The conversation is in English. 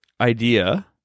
idea